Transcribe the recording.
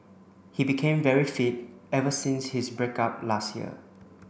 he became very fit ever since his break up last year